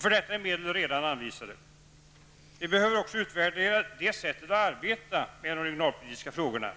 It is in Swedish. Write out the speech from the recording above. För detta är medel redan anvisade. Vi behöver också utvärdera det sättet att arbeta med de regionalpolitiska frågorna.